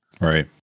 Right